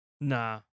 Nah